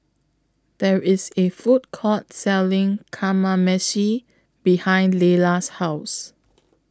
There IS A Food Court Selling Kamameshi behind Laylah's House